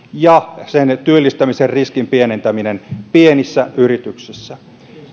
ja työllistämisen riskin pienentäminen pienissä yrityksissä